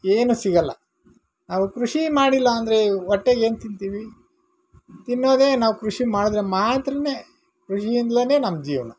ಏನೂ ಸಿಗೋಲ್ಲ ಅವ್ರು ಕೃಷಿ ಮಾಡಿಲ್ಲ ಅಂದರೆ ಹೊಟ್ಟೆಗೇನ್ ತಿಂತೀವಿ ತಿನ್ನೋದೇ ನಾವು ಕೃಷಿ ಮಾಡಿದ್ರೆ ಮಾತ್ರವೇ ಕೃಷಿಯಿಂದ್ಲೇ ನಮ್ಮ ಜೀವನ